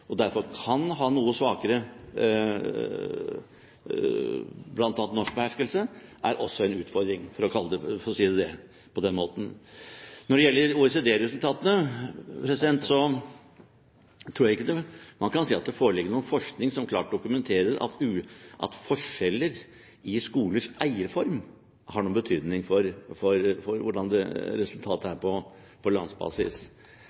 og derfor kan ha noe svakere beherskelse av bl.a. norsk, er også en utfordring, for å si det på den måten. Når det gjelder OECD-resultatene, tror jeg ikke man kan si at det foreligger noen forskning som klart dokumenterer at forskjeller i skolers eierform har noen betydning for hvordan resultatet er på landsbasis. Men forskjell i pedagogisk utforming av skoler kan nok ha betydning. Det